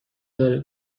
داره